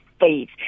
faith